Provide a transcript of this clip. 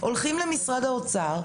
הולכים למשרד האוצר,